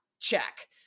check